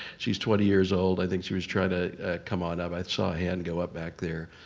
she's twenty years old. i think she was trying to come on up. i saw a hand go up back there.